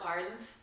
Ireland